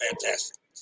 fantastic